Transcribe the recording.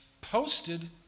posted